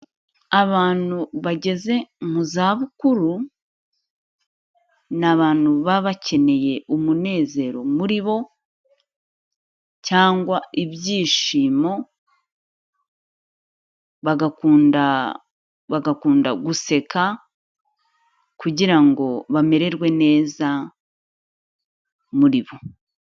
Abantu bageze mu zabukuru, ni abantu baba bakeneye umunezero muri bo cyangwa ibyishimo, bagakunda, bagakunda guseka kugira ngo bamererwe neza muri bo.